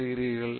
பெறுவீர்கள்